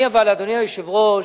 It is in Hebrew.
אבל, אדוני היושב-ראש,